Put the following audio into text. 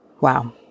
Wow